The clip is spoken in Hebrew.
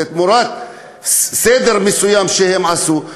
תמורת הסדר מסוים שהם עשו,